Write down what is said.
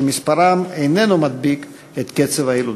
שמספרם איננו מדביק את קצב הילודה.